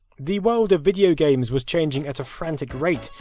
the world of video games was changing at a frantic rate,